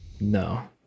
No